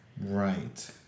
Right